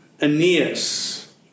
Aeneas